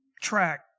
track